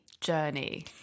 journey